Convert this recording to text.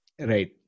Right